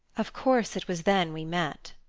of course it was then we met.